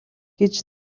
гэж